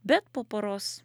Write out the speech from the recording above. bet po poros